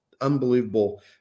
unbelievable